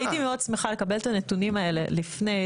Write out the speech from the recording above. הייתי מאוד שמחה לקבל את הנתונים האלה לפני.